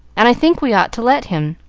and i think we ought to let him.